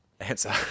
answer